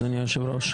אדוני היושב-ראש,